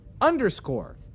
underscore